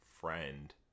friend